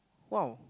!wow!